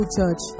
Church